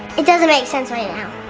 it doesn't make sense right now.